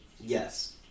Yes